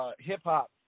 hip-hop